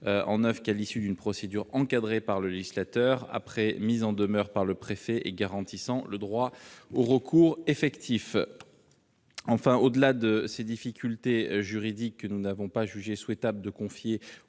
en 9 qu'à l'issue d'une procédure encadré par le législateur, après mise en demeure par le préfet et garantissant le droit au recours effectif enfin au-delà de ces difficultés juridiques que nous n'avons pas jugé souhaitable de confier